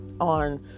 on